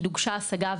הוגשה השגה,